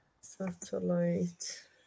Satellite